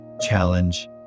challenge